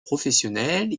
professionnel